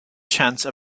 chance